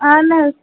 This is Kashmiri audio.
اہن حظ